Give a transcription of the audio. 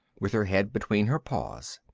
with her head between her paws.